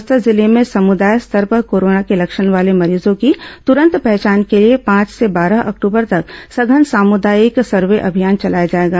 बस्तर जिले में समुदाय स्तर पर कोरोना के लक्षण वाले मरीजों की तुरंत पहचान के लिए पांच से बारह अक्टबर तक सघन सामुदायिक सर्वे अभियान चलाया जाएगा